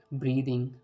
breathing